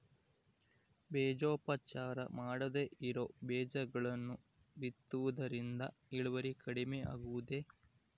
ಬೇಜೋಪಚಾರ ಮಾಡದೇ ಇರೋ ಬೇಜಗಳನ್ನು ಬಿತ್ತುವುದರಿಂದ ಇಳುವರಿ ಕಡಿಮೆ ಆಗುವುದೇ?